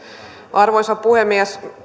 arvoisa puhemies